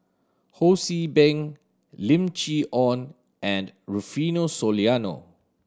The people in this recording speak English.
Ho See Beng Lim Chee Onn and Rufino Soliano